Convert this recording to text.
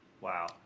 wow